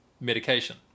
medication